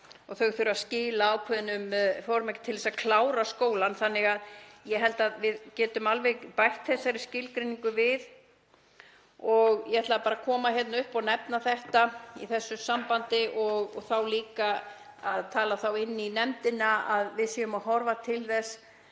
þurfa að skila ákveðnum formerkjum til að klára skólann þannig að ég held að við getum alveg bætt þessari skilgreiningu við. Ég ætlaði bara að koma hérna upp og nefna þetta í þessu sambandi og tala þá líka inn í nefndina, að við séum að horfa til þess